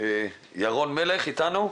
אתנו?